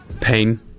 Pain